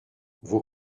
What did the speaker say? vos